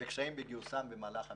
וקשיים בגיוסם במהלך המבצע.